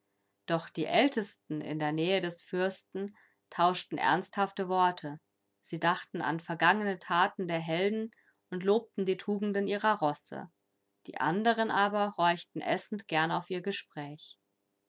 doch die ältesten in der nähe des fürsten tauschten ernsthafte worte sie dachten an vergangene taten der helden und lobten die tugenden ihrer rosse die anderen aber horchten essend gern auf ihr gespräch